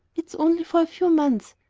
it's only for a few months,